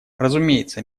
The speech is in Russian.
разумеется